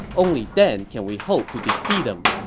only then can we hope to defeat him.